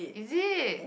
is it